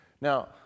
Now